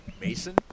Mason